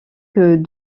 que